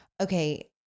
Okay